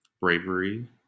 bravery